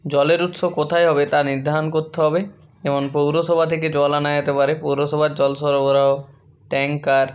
জলের উৎস কোথায় হবে তা নির্ধারণ করতে হবে যেমন পৌরসভা থেকে জল আনা যেতে পারে পৌরসভার জল সরাবরাহ ট্যাঙ্কার